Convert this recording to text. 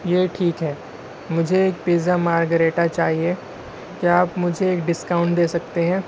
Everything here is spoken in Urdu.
یہ ٹھیک ہے مجھے ایک پیزا مارگریٹا چاہیے کیا آپ مجھے ایک ڈسکاؤنٹ دے سکتے ہیں